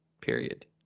period